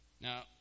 Now